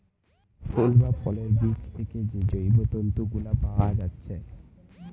ফুল বা ফলের বীজ থিকে যে জৈব তন্তু গুলা পায়া যাচ্ছে